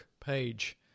page